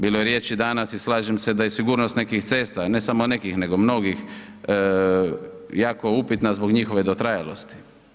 Bilo je riječi danas, i slažem se da je sigurnost neki cesta, ne samo nekih nego mnogih jako upitna zbog njihove dotrajalosti.